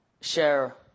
share